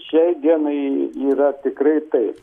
šiai dienai yra tikrai taip